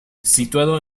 situado